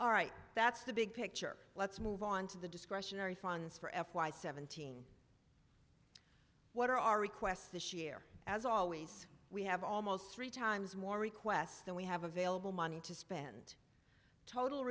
all right that's the big picture let's move on to the discretionary funds for f y seventeen what are our requests this year as always we have almost three times more requests than we have available money to spend total